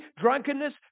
drunkenness